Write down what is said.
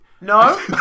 No